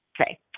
okay